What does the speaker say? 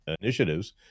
initiatives